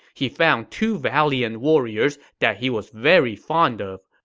he found two valiant warriors that he was very fond of,